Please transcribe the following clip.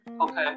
Okay